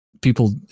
people